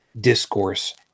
discourse